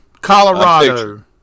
Colorado